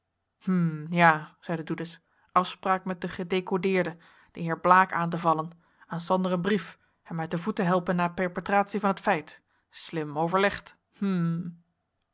ja zeide doedes afspraak met den gedecodeerde den heer blaek aan te vallen aan sander een brief hem uit de voeten helpen na perpetratie van het feit slim overlegd hm